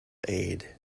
aid